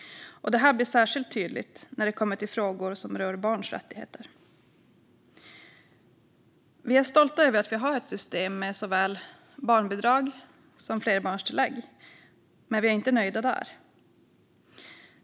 Detta blir särskilt tydligt när det kommer till frågor som rör barns rättigheter. Vi är stolta över att vi har ett system med såväl barnbidrag som flerbarnstillägg. Men vi är inte nöjda där.